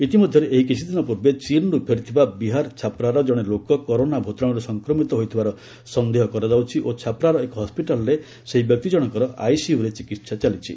ଇତିମଧ୍ୟରେ ଏହି କିଛିଦିନ ପୂର୍ବେ ଚୀନ୍ରୁ ଫେରିଥିବା ବିହାର ଛପ୍ରାର ଜଣେ ଲୋକ କରୋନା ଭୂତାଣୁରେ ସଂକ୍ରମିତ ହୋଇଥିବାର ସନ୍ଦେହ କରାଯାଉଛି ଓ ଛପ୍ରାର ଏକ ହସ୍ୱିଟାଲରେ ସେହି ବ୍ୟକ୍ତିଜଣଙ୍କର ଆଇସିୟୁରେ ଚିକିତ୍ସା ଚାଲିଛି